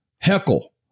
Heckle